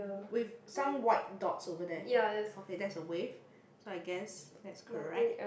with some white dots over there okay that's a wave so I guess that's correct